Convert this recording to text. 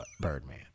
Birdman